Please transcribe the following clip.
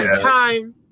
Time